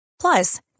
Plus